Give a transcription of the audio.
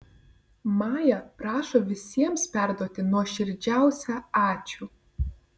maja prašo visiems perduoti nuoširdžiausią ačiū